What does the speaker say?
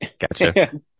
gotcha